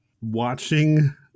watching